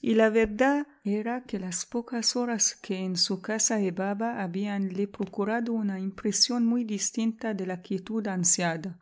y la verdad era que las pocas horas que en su casa llevaba habíanle procurado una impresión muy distinta de la quietud ansiada